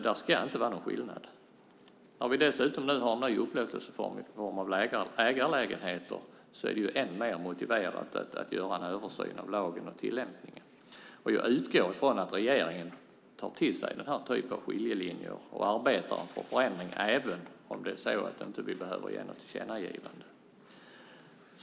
Det ska inte vara någon skillnad. När vi nu dessutom har infört en ny upplåtelseform, ägarlägenheter, är det än mer motiverat att göra en översyn av lagen och tillämpningen. Jag utgår ifrån att regeringen tar till sig denna typ av skiljelinjer och arbetar för en förändring även om det är så att vi inte behöver göra något tillkännagivande.